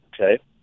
Okay